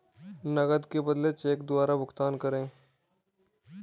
नकद के बदले चेक द्वारा भुगतान कैसे करें?